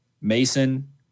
Mason